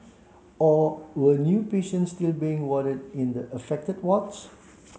or were new patients still being warded in the affected wards